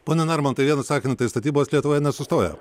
pone narmontai vienu sakiniu tai statybos lietuvoj nesustojo